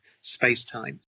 space-time